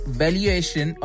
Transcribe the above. valuation